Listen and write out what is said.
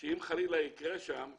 אם חלילה יקרה שם משהו,